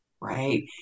right